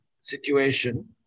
situation